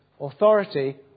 authority